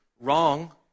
wrong